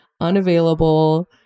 unavailable